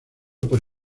por